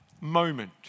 moment